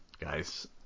guys